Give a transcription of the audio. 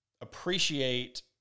appreciate